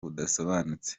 budasobanutse